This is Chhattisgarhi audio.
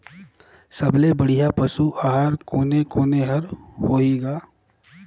सबले बढ़िया पशु आहार कोने कोने हर होही ग?